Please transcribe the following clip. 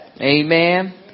Amen